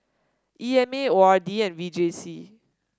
E M A O R D and V J C